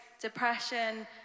depression